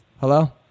Hello